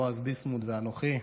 בועז ביסמוט ואנוכי.